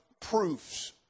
proofs